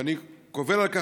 ואני קובל על כך,